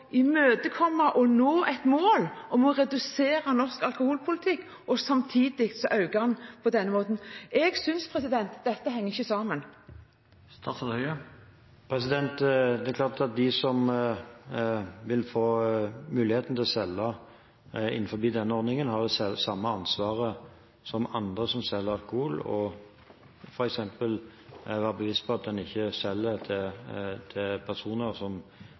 imøtekomme og nå et mål om å redusere det norske alkoholforbruket, og samtidig øker man på denne måten? Jeg synes ikke at dette henger sammen. Det er klart at de som vil få muligheten til å selge innenfor denne ordningen, har det samme ansvaret som andre som selger alkohol, og f.eks. være bevisst på at en ikke selger til personer som